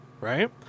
right